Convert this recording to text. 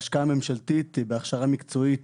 ההשקעה הממשלתית בהכשרה מקצועית